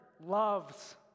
loves